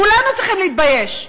כולנו צריכים להתבייש.